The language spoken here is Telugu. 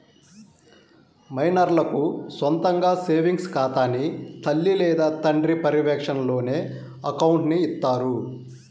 మైనర్లకు సొంతగా సేవింగ్స్ ఖాతాని తల్లి లేదా తండ్రి పర్యవేక్షణలోనే అకౌంట్ని ఇత్తారు